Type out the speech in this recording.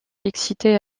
excitée